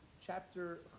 chapter